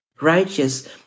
righteous